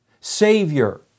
Savior